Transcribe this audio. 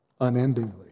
unendingly